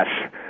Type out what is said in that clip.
Yes